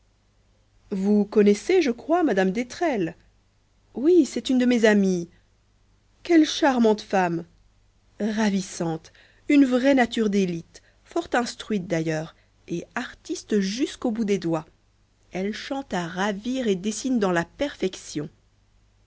vous connaissez je crois mme d'étrelles oui c'est une de mes amies quelle charmante femme ravissante une vraie nature d'élite fort instruite d'ailleurs et artiste jusqu'au bout des doigts elle chante à ravir et dessine dans la perfection